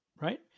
Right